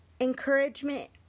Encouragement